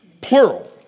plural